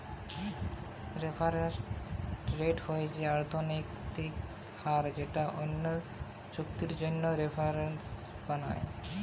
reference rate হচ্ছে অর্থনৈতিক হার যেটা অন্য চুক্তির জন্যে রেফারেন্স বানায়